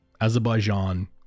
Azerbaijan